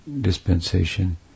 dispensation